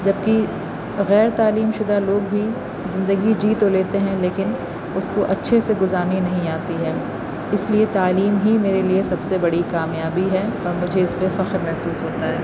جبکہ غیر تعلیم شدہ لوگ بھی زندگی جی تو لیتے ہیں لیکن اس کو اچھے سے گزارنی نہیں آتی ہے اس لیے تعلیم ہی میرے لیے سب سے بڑی کامیابی ہے اور مجھے اس پہ فخر محسوس ہوتا ہے